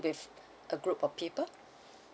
with a group of people